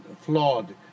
flawed